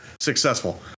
successful